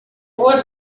was